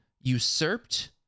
usurped